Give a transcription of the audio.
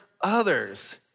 others